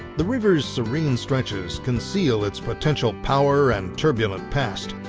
the river's serene stretches concealed its potential power and turbulent past.